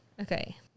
okay